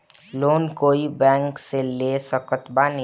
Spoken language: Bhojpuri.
लोन कोई बैंक से ले सकत बानी?